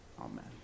Amen